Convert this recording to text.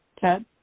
Ted